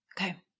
Okay